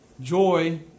Joy